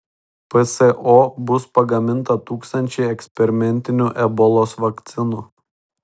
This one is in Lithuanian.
pso bus pagaminta tūkstančiai eksperimentinių ebolos vakcinų